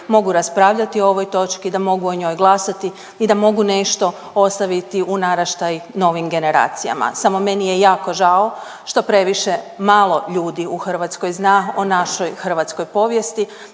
mogu raspravljati o ovoj točki, da mogu o njoj glasati i da mogu nešto ostaviti u naraštaj novim generacijama. Samo meni je jako žao što previše malo ljudi u Hrvatskoj zna o našoj hrvatskoj povijesti